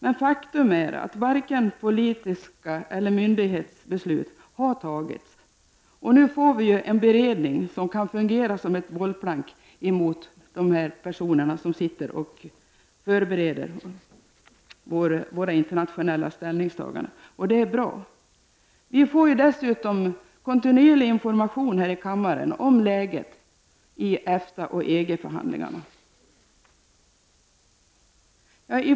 Men faktum är att varken politiska beslut eller myndighetsbeslut har fattats på detta område. Och vi får ju nu en beredning som kan fungera som ett bollplank i förhållande till de personer som förbereder våra internationella ställningstaganden. Detta är bra. Vi får ju dessutom här i kammaren kontinuerligt information om läget i EFTA och EG-förhandlingarna.